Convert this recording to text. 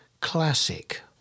classic